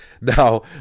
Now